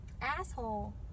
Asshole